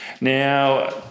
Now